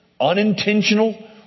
unintentional